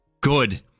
good